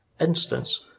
instance